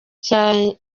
cya